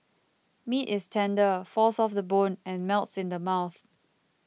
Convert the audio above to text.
meat is tender falls off the bone and melts in the mouth